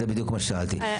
זה בדיוק מה ששאלתי.